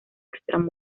extra